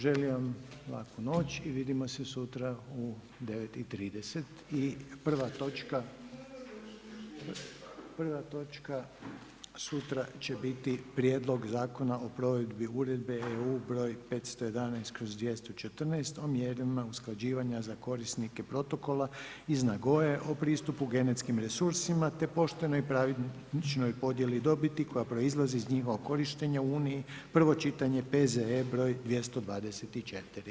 Želim vam laku noć i vidimo se sutra u 9 i 30 i prva točka sutra će biti Prijedlog zakona o provedbi uredbe EU broj 511/214 o mjerama usklađivanja za korisnike protokola iz Nagoye o pristupu genetskim resursima te poštenoj i pravičnoj podjeli dobit koja proizlazi iz njihova korištenja u Uniji, prvo čitanje, P.Z.E. broj 224.